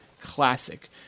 Classic